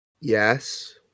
Yes